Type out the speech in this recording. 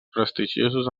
prestigiosos